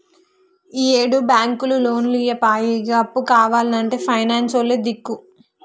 ఈయేడు బాంకులు లోన్లియ్యపాయె, ఇగ అప్పు కావాల్నంటే పైనాన్సులే దిక్కు